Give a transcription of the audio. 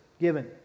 given